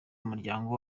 umuryango